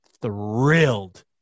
thrilled